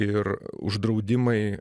ir uždraudimai